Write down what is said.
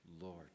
Lord